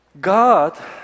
God